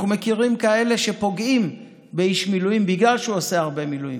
אנחנו מכירים כאלה שפוגעים באיש מילואים בגלל שהוא עושה הרבה מילואים,